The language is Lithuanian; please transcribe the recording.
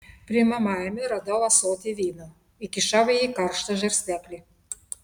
priimamajame radau ąsotį vyno įkišau į jį karštą žarsteklį